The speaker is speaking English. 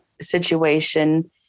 situation